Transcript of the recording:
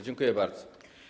Dziękuję bardzo.